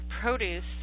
produce